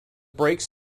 brakes